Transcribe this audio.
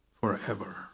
forever